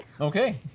okay